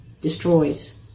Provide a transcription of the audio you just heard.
destroys